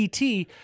ET